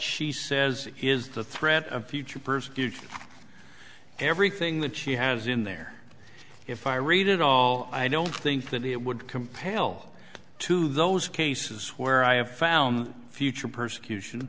she says is the threat of future persecution everything that she has in there if i read it all i don't think that it would compel to those cases where i have found future persecution